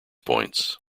points